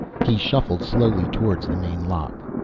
he shuffled slowly towards the main lock.